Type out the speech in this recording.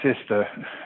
Sister